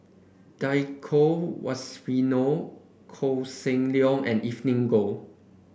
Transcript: Djoko Wibisono Koh Seng Leong and Evelyn Goh